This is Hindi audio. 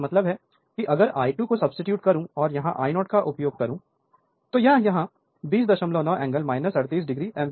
मेरा मतलब है कि अगर I2 को सब्सीट्यूट करूं और यहाँ I0 का उपयोग करूं तो यह यहां 209 एंगल 38 o एम्पीयर बन जाएगा